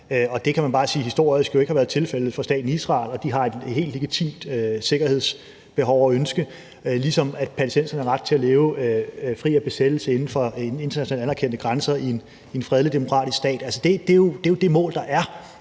det kan man jo bare se historisk ikke har været tilfældet for staten Israel. Den har et helt legitimt sikkerhedsbehov og -ønske, ligesom palæstinenserne har ret til at leve fri for besættelse inden for internationalt anerkendte grænser i en fredelig demokratisk stat. Det er jo det mål, der er,